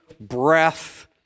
breath